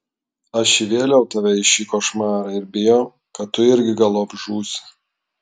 aš įvėliau tave į šį košmarą ir bijau kad tu irgi galop žūsi